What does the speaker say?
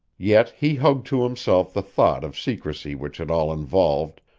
yet he hugged to himself the thought of secrecy which it all involved,